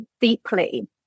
deeply